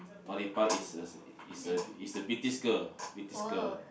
Dua-Lipa is a is a is a British girl British girl